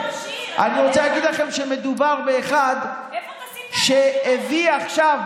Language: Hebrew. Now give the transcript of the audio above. אני רוצה להגיד לכם שמדובר באחד שהביא עכשיו,